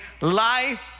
life